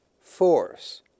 Force